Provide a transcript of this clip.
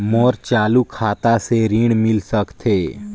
मोर चालू खाता से ऋण मिल सकथे?